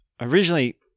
originally